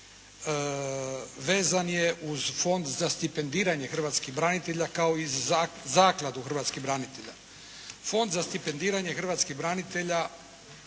vezan je uz Fond za stipendiranje hrvatskih branitelja kao i Zakladu hrvatskih branitelja. Fond za stipendiranje hrvatskih branitelja